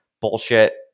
bullshit